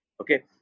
Okay